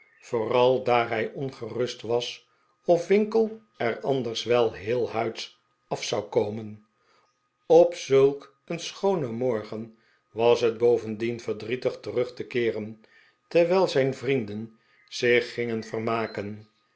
vooral daar hij ongerust was of winkle er anders wel heelhuids af zou komen op zulk een schoonen morgen was het bovendien verdrietig terug te keeren terwijl zijn vrienden zich gingen vermaken